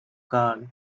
gall